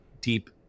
deep